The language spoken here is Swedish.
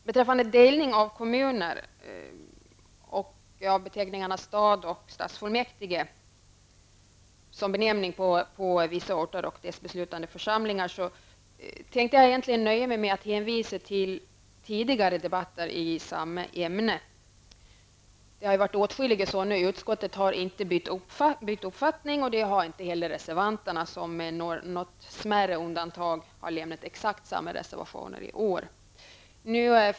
Beträffande delning av kommuner och beträffande beteckningarna stad och stadsfullmäktige som benämning på vissa orter och deras beslutande församlingar tänkte jag egentligen nöja mig med att hänvisa till tidigare debatter i samma ämne. Det har ju varit åtskilliga, och utskottet har inte bytt uppfattning. Det har inte heller reservanterna som med något smärre undantag har lämnat exakt samma reservationer i år.